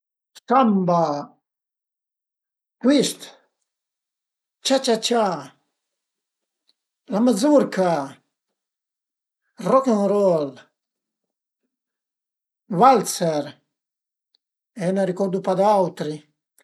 Samba, twist, cià cià cià, la mazurca, rock&roll, walzer e n'a ricordu pa d'autri